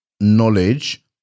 knowledge